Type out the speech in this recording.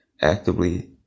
actively